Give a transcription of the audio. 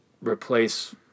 replace